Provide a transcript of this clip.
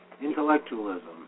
Intellectualism